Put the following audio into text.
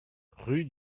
rue